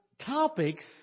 topics